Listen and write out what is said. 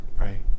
Right